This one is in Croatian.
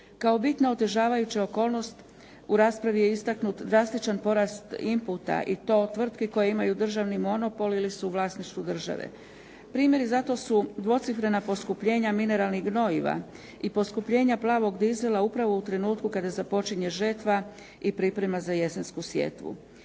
Kao bitno otežavajuća okolnost u raspravi je istaknut drastičan porast inputa i to tvrtki koje imaju državni monopol ili su u vlasništvu države. Primjer za to su dvocifrena poskupljenja mineralnih gnojiva i poskupljenja plavog dizela upravo u trenutku kada započinje žetva i priprema za jesensku sjetvu.